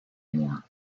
more